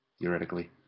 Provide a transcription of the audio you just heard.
theoretically